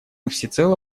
всецело